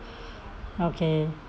okay